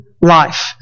life